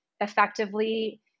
effectively